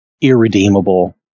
irredeemable